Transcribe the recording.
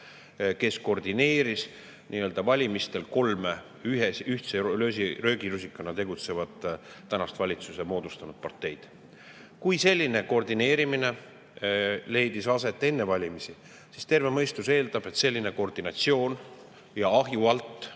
kes koordineeris valimistel kolme ühtse löögirusikana tegutsevat praeguseks valitsuse moodustanud parteid. Kui selline koordineerimine leidis aset enne valimisi, siis terve mõistus eeldab, et selline koordinatsioon, nii-öelda ahju alt